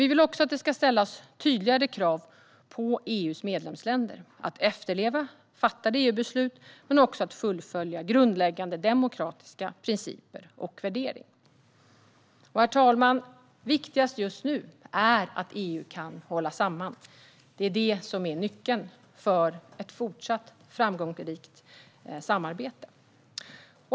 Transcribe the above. Vi vill också att det ska ställas tydligare krav på EU:s medlemsländer att efterleva fattade EU-beslut men också att följa grundläggande demokratiska principer och värderingar. Herr talman! Viktigast just nu är att EU kan hålla samman. Det är det som är nyckeln för ett fortsatt framgångsrikt samarbete.